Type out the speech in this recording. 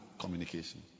communication